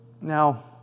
Now